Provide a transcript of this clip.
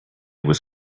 was